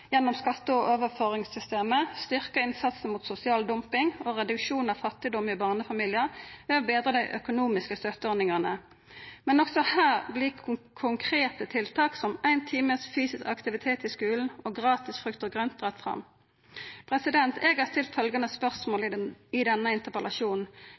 gjennom skatte- og overføringssystemet, styrking av innsatsen mot sosial dumping og reduksjon av fattigdom i barnefamiliar ved å betra dei økonomiske støtteordningane. Men også her vert konkrete tiltak som éin time fysisk aktivitet i skulen og gratis frukt og grønt dratt fram. Eg har stilt følgjande spørsmål